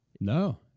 No